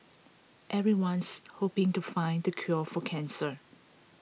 everyone's hoping to find the cure for cancer